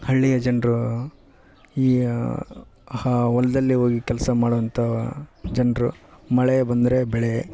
ಹಳ್ಳಿಯ ಜನರು ಈ ಹೊಲದಲ್ಲಿ ಹೋಗಿ ಕೆಲಸ ಮಾಡೋವಂಥ ಜನರು ಮಳೆ ಬಂದರೆ ಬೆಳೆ